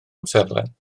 amserlen